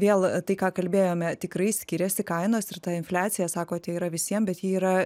vėl tai ką kalbėjome tikrai skiriasi kainos ir ta infliacija sakote yra visiem bet ji yra